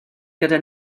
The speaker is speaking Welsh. gyda